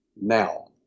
now